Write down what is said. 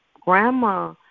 Grandma